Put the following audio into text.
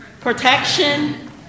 protection